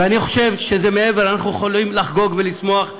ואני חושב שזה מעבר: אנחנו יכולים לחגוג ולשמוח,